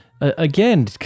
again